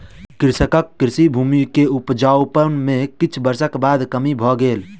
कृषकक कृषि भूमि के उपजाउपन में किछ वर्षक बाद कमी भ गेल